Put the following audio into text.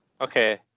okay